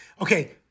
okay